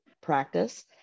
practice